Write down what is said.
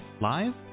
live